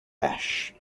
ash